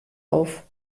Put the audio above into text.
auf